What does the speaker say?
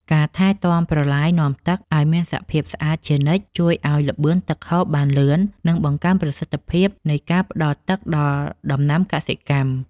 ការថែទាំប្រឡាយនាំទឹកឱ្យមានសភាពស្អាតជានិច្ចជួយឱ្យល្បឿនទឹកហូរបានលឿន និងបង្កើនប្រសិទ្ធភាពនៃការផ្តល់ទឹកដល់ដំណាំកសិកម្ម។